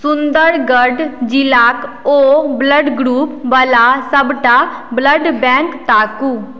सुंदरगढ़ जिलाक ओ blood group बला सबटा ब्लड बैंक ताकू